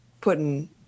putting